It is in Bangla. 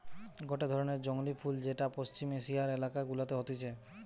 গটে ধরণের জংলী ফুল যেটা পশ্চিম এশিয়ার এলাকা গুলাতে হতিছে